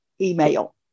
email